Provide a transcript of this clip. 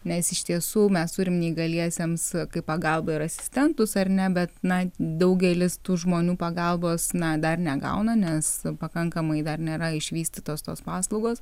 mes iš tiesų mes turim neįgaliesiems kaip pagalbą ir asistentus ar ne bet na daugelis tų žmonių pagalbos na dar negauna nes pakankamai dar nėra išvystytos tos paslaugos